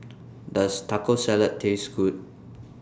Does Taco Salad Taste Good